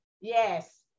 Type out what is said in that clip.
Yes